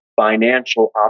financial